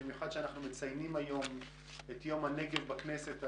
במיוחד כשאנחנו מציינים היום את יום הנגב בכנסת.